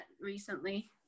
recently